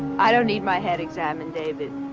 i don't need my head examined, david.